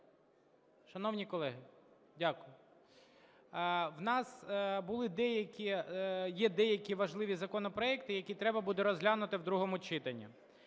Шановні колеги, дякую. У нас були… є деякі важливі законопроекти, які треба буде розглянути в другому читанні.